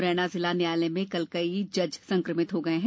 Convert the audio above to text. मुरैना जिला न्यायालय में कई जज संक्रमित हो गए हैं